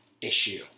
issue